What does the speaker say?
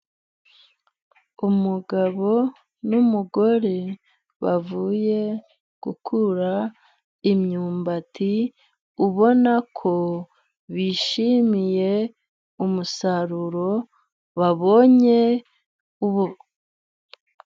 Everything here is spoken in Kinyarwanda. Umugabo n'umugore bavuye gukura imyumbati ,ubonako bishimiye umusaruro babonye ubu.